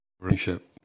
relationship